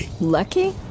Lucky